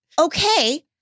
okay